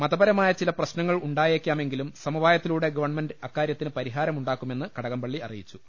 മതപരമായ ചില പ്രശ്നങ്ങൾ ഉണ്ടായേക്കാമെങ്കിലും സമവായത്തിലൂടെ ഗവൺമെന്റ് അക്കാര്യത്തിന് പരിഹാരമുണ്ടാക്കുമെന്ന് കടകംപള്ളി അറിയിച്ചു